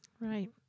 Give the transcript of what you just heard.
Right